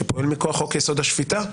שפועל מכוח חוק-יסוד: השפיטה,